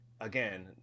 again